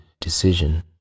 decision